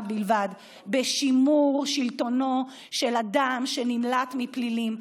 בלבד: בשימור שלטונו של אדם שנמלט מפלילים.